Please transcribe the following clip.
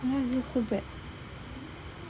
my that's so bad